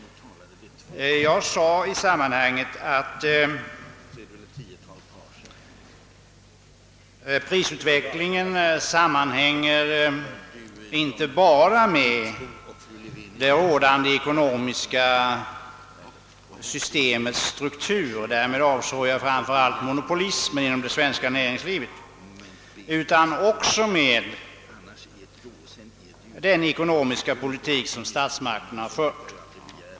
Jag sade i sammanhanget att prisutvecklingen sammanhänger inte bara med det rådande ekonomiska systemets struktur — och därmed avsåg jag framför allt monopolismen inom det svenska näringslivet — utan också med den ekonomiska politik som statsmakterna fört.